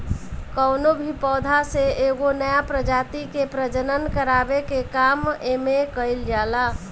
कवनो भी पौधा से एगो नया प्रजाति के प्रजनन करावे के काम एमे कईल जाला